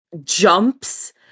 jumps